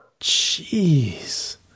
Jeez